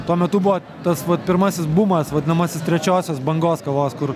tuo metu buvo tas vat pirmasis bumas vadinamasis trečiosios bangos kavos kur